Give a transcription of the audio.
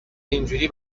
اینجوری